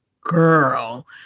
Girl